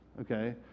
Okay